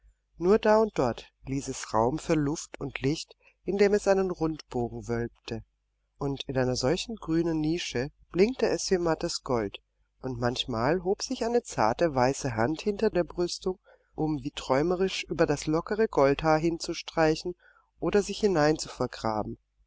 nur da und dort ließ es raum für luft und licht indem es einen rundbogen wölbte und in einer solchen grünen nische blinkte es wie mattes gold und manchmal hob sich eine zarte weiße hand hinter der brüstung um wie träumerisch über das lockere goldhaar hinzustreichen oder sich hinein zu vergraben